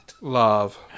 Love